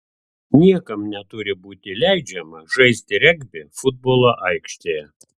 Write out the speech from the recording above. niekam neturi būti leidžiama žaisti regbį futbolo aikštėje